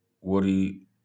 Woody